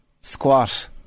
squat